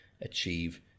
achieve